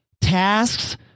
tasks